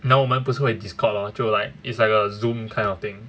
then 我们不是会 discord lor 就 like it's like a zoom kind of thing